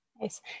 Nice